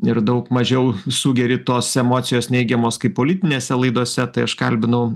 ir daug mažiau sugeri tos emocijos neigiamos kaip politinėse laidose tai aš kalbinau